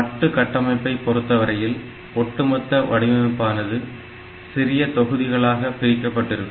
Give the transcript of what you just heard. மட்டு கட்டமைப்பை பொறுத்தவரையில் ஒட்டுமொத்த வடிவமைப்பானது சிறிய தொகுதிகளாக பிரிக்கப்பட்டிருக்கும்